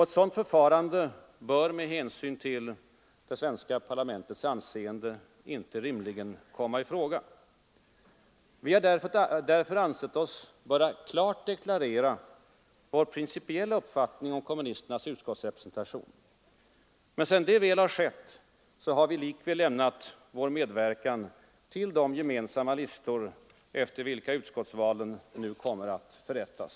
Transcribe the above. Ett sådant förfarande bör med hänsyn till det svenska parlamentets anseende inte rimligen komma i fråga. Vi har därför ansett oss böra klart deklarera vår principiella uppfattning om kommunisternas utskottsrepresentation. Men sedan det väl har skett, har vi likväl lämnat vår medverkan till de gemensamma listor, efter vilka utskottsvalen nu kommer att förrättas.